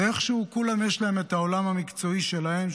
ואיכשהו לכולם יש את העולם המקצועי שלהם,